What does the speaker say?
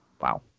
Wow